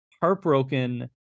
heartbroken